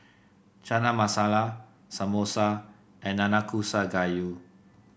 Chana Masala Samosa and Nanakusa Gayu